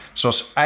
zoals